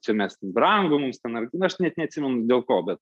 čia mes brangų mums tenai nu aš net neatsimenu dėl ko bet